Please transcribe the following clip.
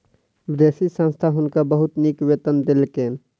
विदेशी संस्था हुनका बहुत नीक वेतन देलकैन